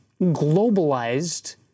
globalized